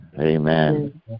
Amen